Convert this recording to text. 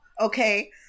Okay